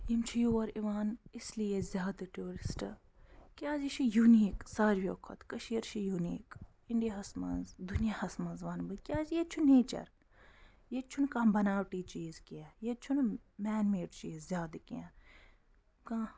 یِم چھِ یور یِوان اس لیے زیادٕ ٹوٗرسٹ کیٛازِ یہِ چھُ یوٗنیٖک سارِوِیو کھۄتہٕ کٔشیٖر چھِ یوٗنیٖک اِنٛڈِیاہَس منٛز دُنیاہَس منٛز وَنہٕ بہٕ کیٛازِ ییٚتہِ چھُ نٮ۪چَر ییٚتہِ چھُنہٕ کانٛہہ بناوٹی چیٖز کیٚنہہ ییٚتہِ چھُنہٕ مین میڈ چیٖز زیادٕ کیٚنہہ کانٛہہ